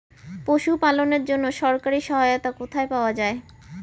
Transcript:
পশু পালনের জন্য সরকারি সহায়তা কোথায় পাওয়া যায়?